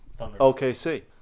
OKC